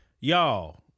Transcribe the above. Y'all